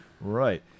Right